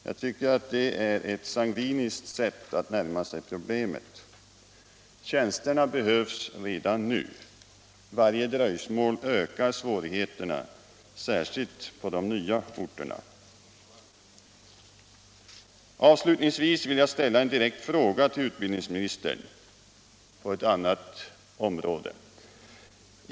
Jag tycker att detta är ett sangviniskt sätt att närma sig problemet. Tjänsterna behövs redan nu. Varje dröjsmål ökar svårigheterna, särskilt i de nya orterna. Avslutningsvis vill jag när det gäller ett annat område ställa en direkt fråga till utbildningsministern.